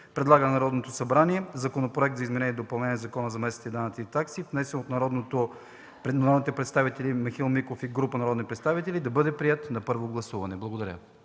предлага на Народното събрание Законопроект за изменение и допълнение на Закона за местните данъци и такси, внесен от народния представител Михаил Миков и група народни представители, да бъде приет на първо гласуване.” Благодаря.